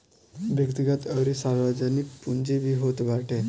व्यक्तिगत अउरी सार्वजनिक पूंजी भी होत बाटे